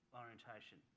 orientation